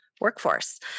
workforce